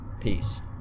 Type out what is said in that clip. Peace